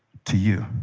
to you.